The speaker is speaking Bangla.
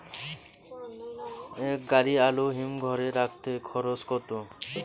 এক গাড়ি আলু হিমঘরে রাখতে খরচ কত?